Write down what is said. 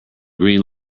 green